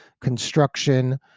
construction